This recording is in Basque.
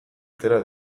atera